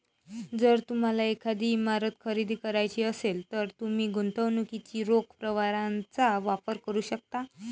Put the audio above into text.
जर तुम्हाला एखादी इमारत खरेदी करायची असेल, तर तुम्ही गुंतवणुकीच्या रोख प्रवाहाचा वापर करू शकता